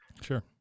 Sure